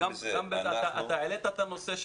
אתה העלית את הנושא,